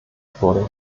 wurde